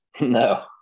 No